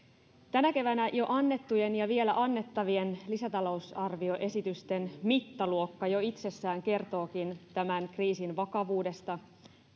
tänä keväänä jo annettujen ja vielä annettavien lisätalousarvioesitysten mittaluokka jo itsessään kertookin tämän kriisin vakavuudesta